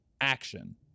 action